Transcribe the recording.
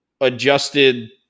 adjusted